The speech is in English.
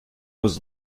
was